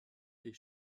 est